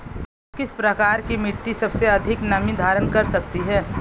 किस प्रकार की मिट्टी सबसे अधिक नमी धारण कर सकती है?